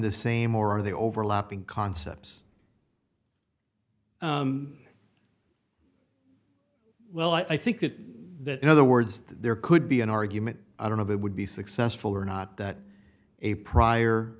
the same or are they overlapping concepts well i think that the in other words there could be an argument i don't know that would be successful or not that a prior